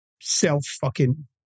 self-fucking